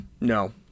no